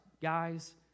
guys